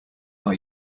are